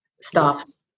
staff's